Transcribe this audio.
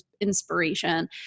inspiration